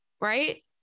Right